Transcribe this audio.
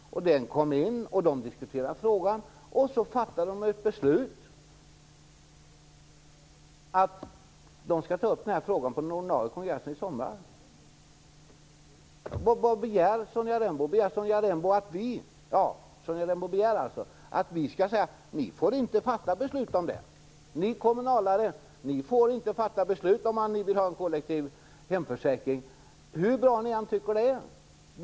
Den kom till, man diskuterade frågan och så fattade man ett beslut om att ta upp frågan på den ordinarie kongressen i sommar. Vad begär Sonja Rembo? Hon begär tydligen att vi skall säga: Ni får inte fatta beslut om det. Ni kommunalare får inte fatta beslut om att ni vill ha en kollektiv hemförsäkring, hur bra ni än tycker att det är.